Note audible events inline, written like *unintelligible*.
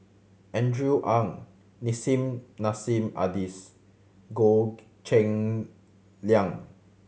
Andrew Ang Nissim Nassim Adis Goh *unintelligible* Cheng Liang